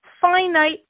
finite